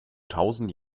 tausend